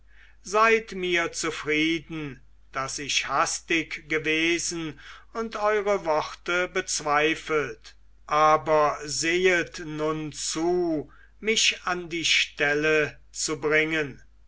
seid mir zufrieden daß ich hastig gewesen und eure worte bezweifelt aber sehet nun zu mich an die stelle zu bringen